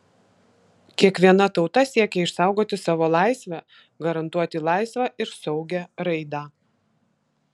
kiekviena tauta siekia išsaugoti savo laisvę garantuoti laisvą ir saugią raidą